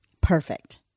Perfect